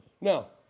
Now